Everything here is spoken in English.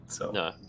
No